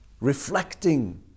reflecting